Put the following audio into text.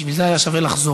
בשביל זה היה שווה לחזור.